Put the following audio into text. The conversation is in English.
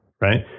right